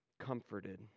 comforted